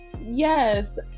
Yes